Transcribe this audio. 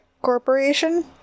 Corporation